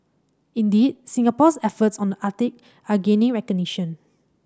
indeed Singapore's efforts on the Arctic are gaining recognition